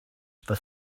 for